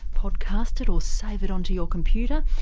podcast it or save it onto your computer,